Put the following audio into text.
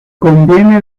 conviene